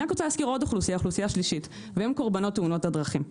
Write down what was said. אני רק רוצה להזכיר אוכלוסייה שלישית והם קורבנות תאונות הדרכים.